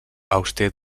auster